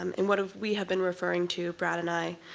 um and what ah we have been referring to, brad and i,